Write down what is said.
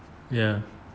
ya